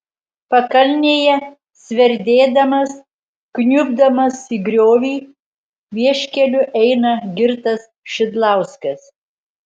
pakalnėje sverdėdamas kniubdamas į griovį vieškeliu eina girtas šidlauskas